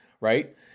right